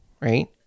right